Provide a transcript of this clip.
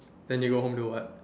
then you go home do what